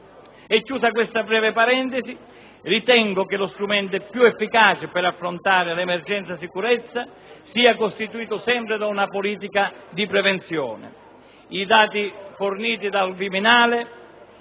Chiusa questa breve parentesi, ritengo che lo strumento più efficace per affrontare l'emergenza sicurezza sia sempre costituito da una politica di prevenzione. I dati forniti dal Viminale